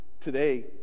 Today